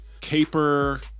caper